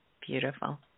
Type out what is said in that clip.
Beautiful